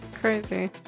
Crazy